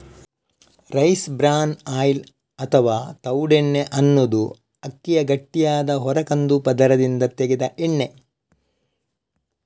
rice bran oil ಅಥವಾ ತವುಡೆಣ್ಣೆ ಅನ್ನುದು ಅಕ್ಕಿಯ ಗಟ್ಟಿಯಾದ ಹೊರ ಕಂದು ಪದರದಿಂದ ತೆಗೆದ ಎಣ್ಣೆ